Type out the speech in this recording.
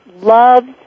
loves